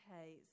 Okay